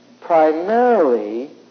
primarily